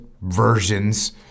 versions